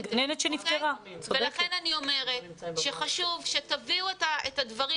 לכן אני אומרת שחשוב שתביאו את הדברים